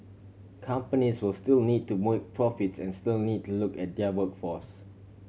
companies will still need to make profits and still need to look at their workforce